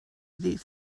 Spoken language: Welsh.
ddydd